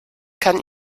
kann